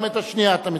גם את השנייה אתה מסיר?